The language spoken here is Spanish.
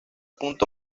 punto